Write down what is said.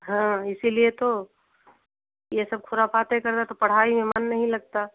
हाँ इसीलिए तो यह सब ख़ुराफ़ाते करता है तो पढ़ाई मैं मन नहीं लगता